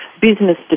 business